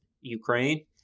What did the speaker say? Ukraine